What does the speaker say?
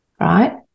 right